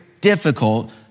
difficult